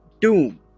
Doom